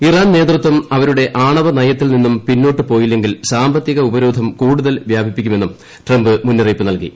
Iran നേതൃത്വം അവരുടെ ആണവ നയത്തിൽ നിന്നും പിന്നോട്ട് പോയില്ലെങ്കിൽ സാമ്പത്തിക ഉപരോധം കൂടുതൽ വ്യാപിപ്പിക്കു മെന്നും ട്രംപ് മുന്നറിയിപ്പ് നൽകി